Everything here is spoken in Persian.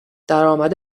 درآمد